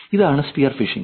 ഇതാണ് spear phishing